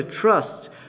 trust